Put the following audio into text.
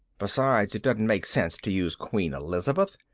besides, it doesn't make sense to use queen elizabeth.